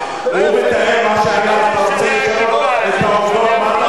הוא מתאר מה שהיה, אז אתה רוצה לשנות את העובדות?